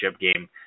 game